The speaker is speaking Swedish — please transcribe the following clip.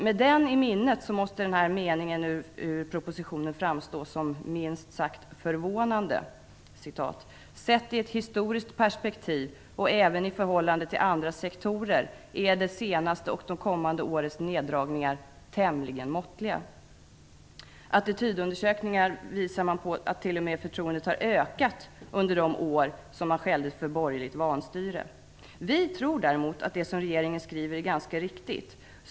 Med den i minnet måste följande mening ur propositionen framstå som minst sagt förvånande: "Sett i ett historiskt perspektiv, och även i förhållande till andra sektorer, är de senaste och de kommande årens neddragningar tämligen måttliga." Attitydundersökningar visar att förtroendet för den kommunala servicen t.o.m. har ökat under de år som den borgerliga regeringen av Socialdemokraterna skälldes för vanstyre. Vi tror att det som regeringen nu skriver är ganska riktigt.